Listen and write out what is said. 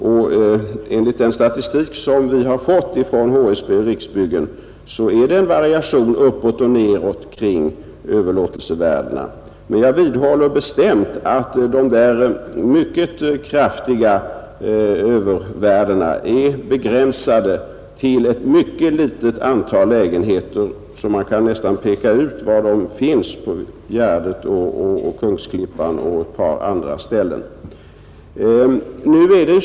Och enligt den statistik som vi har fått från HSB och Riksbyggen är det en variation uppåt och nedåt kring överlåtelsevärdena. Men jag vidhåller bestämt att de där kraftiga övervärdena är begränsade till ett mycket litet antal lägenheter, som man nästan kan peka ut var de finns — på Gärdet och Kungsklippan och ett par andra ställen.